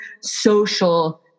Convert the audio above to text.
social